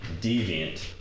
deviant